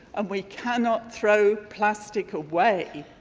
ah we cannot throw plastic away.